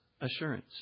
assurance